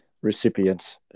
recipients